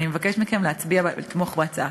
אני מבקשת מכם להצביע ולתמוך בהצעה.